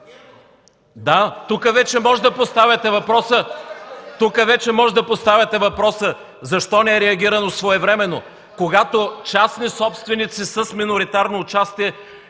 Да, тук вече може да поставите въпроса: Защо не се е реагирало своевременно, когато частни собственици с миноритарно участие